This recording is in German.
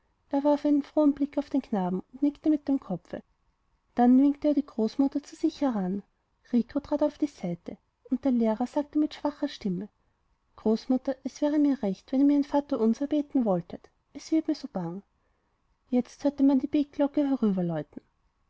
er warf einen frohen blick auf den knaben und nickte mit dem kopfe dann winkte er die großmutter zu sich heran rico trat auf die seite und der lehrer sagte mit schwacher stimme großmutter es wäre mir recht wenn ihr mir ein vaterunser beten wolltet es wird mir so bang jetzt hörte man die